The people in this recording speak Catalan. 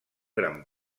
gran